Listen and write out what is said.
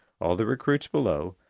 all the recruits below,